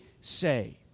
say